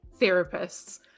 therapists